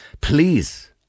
Please